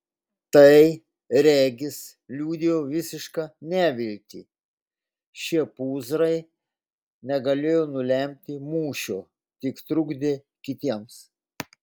tai regis liudijo visišką neviltį šie pūzrai negalėjo nulemti mūšio tik trukdė kitiems